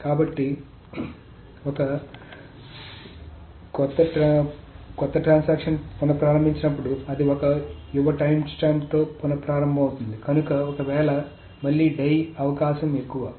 కాబట్టి ఒక యువకుడు పునః ప్రారంభిచినప్పుడు అది ఒక యువ టైమ్స్టాంప్లతో పునఃప్రారంభ మవుతుంది కనుక ఒకవేళ మళ్లీ డై అవకాశం ఎక్కువ